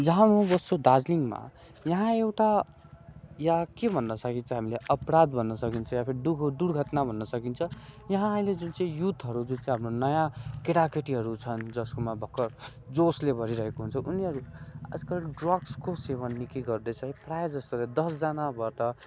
जहाँ म बस्छु दार्जिलिङमा यहाँ एउटा या के भन्न सकिन्छ हामीले अपराध भन्न सकिन्छ या फिर दुहु दुर्घटना भन्न सकिन्छ यहाँ अहिले जुन चाहिँ युथहरू जुन चाहिँ हाम्रो नयाँ केटा केटीहरू छन् जसकोमा भर्खर जोसले भरिरहेको हुन्छ उनीहरू आजकल ड्रग्सको सेवन निकै गर्दैछ प्रायः जस्तोले दशजनाबाट